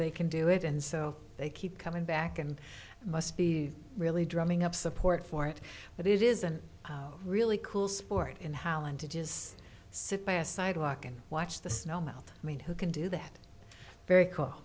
they can do it and so they keep coming back and must be really drumming up support for it but it isn't really cool sport in holland to just sit by a sidewalk and watch the snow melt i mean who can do that very c